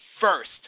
first